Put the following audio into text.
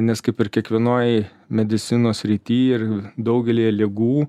nes kaip ir kiekvienoj medicinos srity ir daugelyje ligų